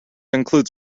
includes